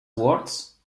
words